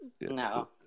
no